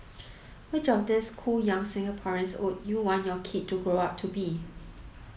which of these cool young Singaporeans would you want your kid to grow up to be